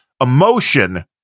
emotion –